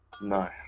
No